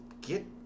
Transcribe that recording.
get